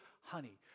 honey